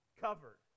covered